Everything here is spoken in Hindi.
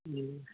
जी